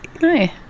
hi